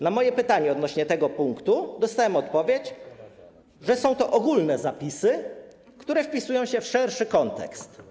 Na moje pytanie odnośnie do tego punktu dostałem odpowiedź, że są to ogólne zapisy, które wpisują się w szerszy kontekst.